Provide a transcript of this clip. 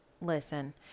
Listen